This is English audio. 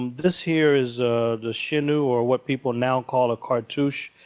this here is the shenu, or what people now call a cartouche.